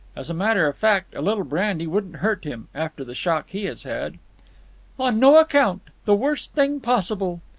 as a matter of fact, a little brandy wouldn't hurt him, after the shock he has had. on no account. the worst thing possible.